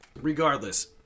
Regardless